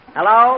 Hello